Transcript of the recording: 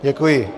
Děkuji.